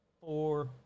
four